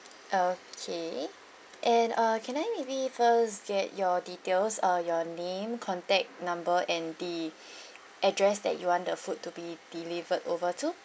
okay and uh can I maybe first get your details uh your name contact number and the address that you want the food to be delivered over to